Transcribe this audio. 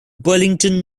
burlington